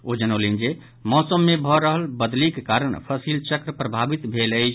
ओ जनौलनि जे मौसम मे भऽ रहल बदलिक कारण फसिल चक्र प्रभावित भेल अछि